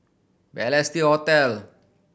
Balestier Hotel